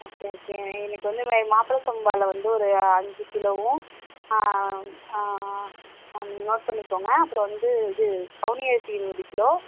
okay okay எனக்கு வந்து மாப்பிள்ள சம்பாவில வந்து ஒரு அஞ்சு கிலோவும் நோட் பண்ணிக்கோங்க அப்புறம் வந்து இது கவுனி அரிசி இருபது கிலோ